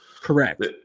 Correct